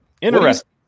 Interesting